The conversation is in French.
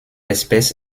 espèce